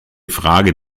frage